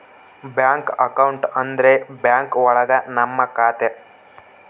bank account ಅಂದ್ರೆ bank ಒಳಗ ನಮ್ ಖಾತೆ